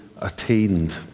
attained